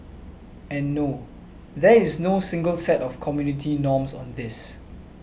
and no there is no single set of community norms on this